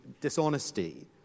dishonesty